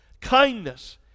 kindness